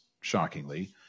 shockingly